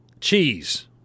Cheese